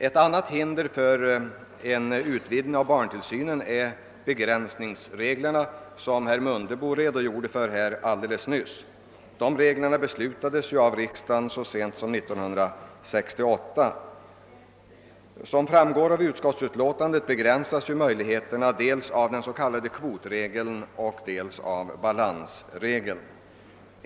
Ett annat hinder för en utvidgning av barntillsynen är begränsningsreglerna för statsbidrag till familjedaghem, som herr Mundebo alldeles nyss redogjorde för. Som framgår av utskottsutlåtandet begränsas möjligheterna av den s.k. kvotregeln, dels av balansregeln.